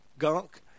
gunk